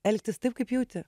elgtis taip kaip jauti